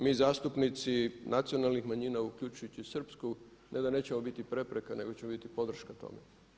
Mi zastupnici nacionalnih manjina uključujući i srpsku ne da nećemo biti prepreka, nego ćemo biti podrška tome.